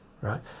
right